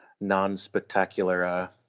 non-spectacular